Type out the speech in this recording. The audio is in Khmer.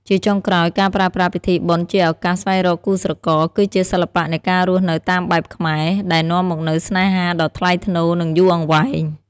ជាចុងក្រោយ ការប្រើប្រាស់ពិធីបុណ្យជាឱកាសស្វែងរកគូស្រករ គឺជាសិល្បៈនៃការរស់នៅតាមបែបខ្មែរ ដែលនាំមកនូវស្នេហាដ៏ថ្លៃថ្នូរ និងយូរអង្វែង។